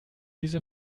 diese